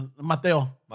Mateo